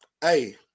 Hey